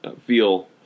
feel